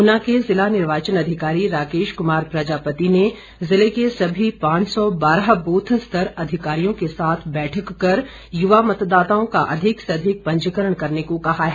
ऊना के ज़िला निर्वाचन अधिकारी राकेश क्मार प्रजापति ने ज़िले के सभी पांच सौ बारह ब्रथ स्तर के अधिकारियों के साथ बैठक करयुवा मतदाताओं का अधिक से अधिक पंजीकरण करने को कहा है